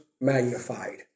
magnified